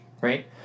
right